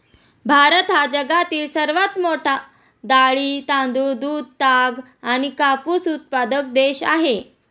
भारत हा जगातील सर्वात मोठा डाळी, तांदूळ, दूध, ताग आणि कापूस उत्पादक देश आहे